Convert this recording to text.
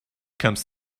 comes